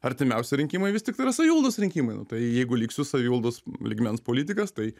artimiausi rinkimai vis tik tai yra savivaldos rinkimai nu tai jeigu liksiu savivaldos lygmens politikas tai